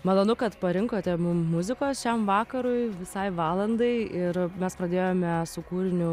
malonu kad parinkote mum muzikos šiam vakarui visai valandai ir mes pradėjome su kūriniu